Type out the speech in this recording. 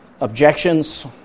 objections